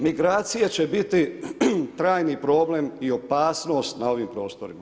Migracije će biti trajni problem i opasnost na ovim prostorima.